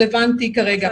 רלבנטי כרגע.